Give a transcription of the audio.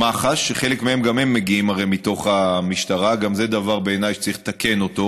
הם לאו דווקא בצד שאת כיוונת אליו.